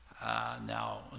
now